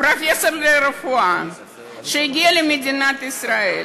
לרפואה שהגיע למדינת ישראל,